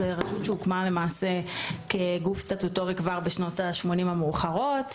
זאת רשות שהוקמה כגוף סטטוטורי כבר בשנות ה-80 המאוחרות.